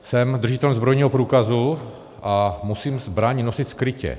Jsem držitelem zbrojního průkazu a musím zbraň nosit skrytě.